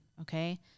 okay